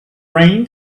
rain